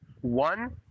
one